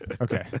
okay